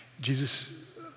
Jesus